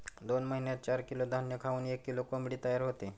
दोन महिन्यात चार किलो धान्य खाऊन एक किलो कोंबडी तयार होते